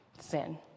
Sin